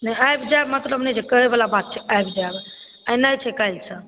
नहि आबि जायब नहि मतलब कहै वाला बात छै आबि जायब एनाइ छै काल्हिसँ